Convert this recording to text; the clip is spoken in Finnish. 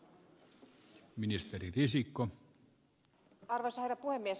arvoisa herra puhemies